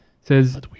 says